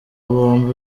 bombi